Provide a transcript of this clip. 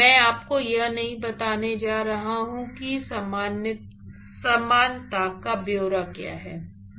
मैं आपको यह नहीं बताने जा रहा हूं कि समानता का ब्यौरा क्या है